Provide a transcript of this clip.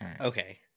Okay